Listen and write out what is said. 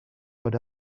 but